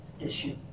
issue